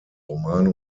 romane